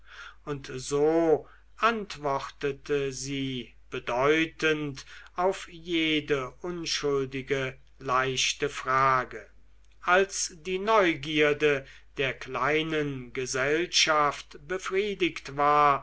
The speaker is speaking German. und so antwortete sie bedeutend auf jede unschuldige leichte frage als die neugierde der kleinen gesellschaft befriedigt war